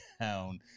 down